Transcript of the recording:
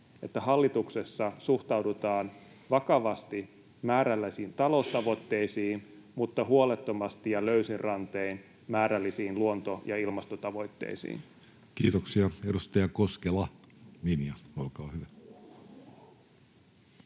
että hallituksessa suhtaudutaan vakavasti määrällisiin taloustavoitteisiin mutta huolettomasti ja löysin rantein määrällisiin luonto- ja ilmastotavoitteisiin? Kiitoksia. — Edustaja Koskela, Minja, olkaa hyvä.